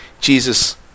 Jesus